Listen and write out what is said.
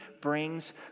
brings